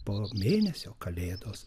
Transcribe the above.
po mėnesio kalėdos